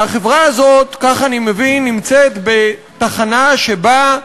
והחברה הזאת, כך אני מבין, נמצאת בתחנה שבה,